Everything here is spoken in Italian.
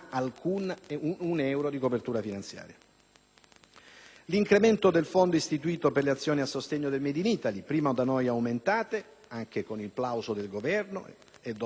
dotazione del fondo istituito per le azioni a sostengo del *made in Italy*, prima da noi aumentato, anche con il plauso del Governo, poi eliminato nella legge successiva.